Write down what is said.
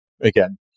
again